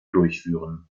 durchführen